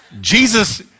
Jesus